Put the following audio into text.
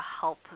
help